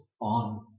on